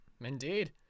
indeed